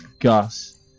Gus